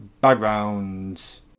Backgrounds